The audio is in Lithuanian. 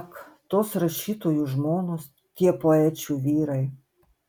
ak tos rašytojų žmonos tie poečių vyrai